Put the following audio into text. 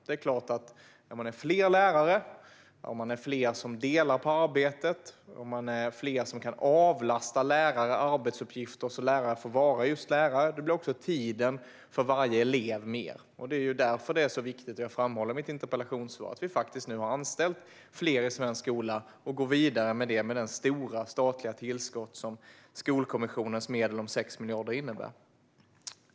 Om lärarna är fler, om det är fler som delar på arbetet, och det finns fler som kan avlasta lärare med vissa arbetsuppgifter innebär det att lärare får vara just lärare och får mer tid för varje elev. Därför är det viktigt, vilket jag framhåller i mitt interpellationssvar, att vi har anställt fler i svensk skola och går vidare med det i och med det stora statliga tillskott som Skolkommissionens medel om 6 miljarder innebär.